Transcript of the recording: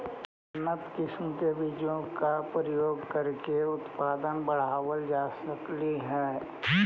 उन्नत किस्म के बीजों का प्रयोग करके उत्पादन बढ़ावल जा रहलइ हे